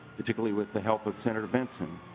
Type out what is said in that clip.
particular with help of sen. benson.